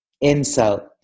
insult